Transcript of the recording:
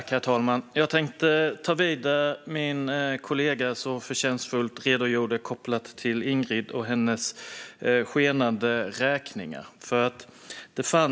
Herr talman! Jag tänkte knyta an till min kollegas förtjänstfulla redogörelse för Ingrids skenande räkningar.